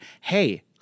Hey